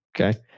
Okay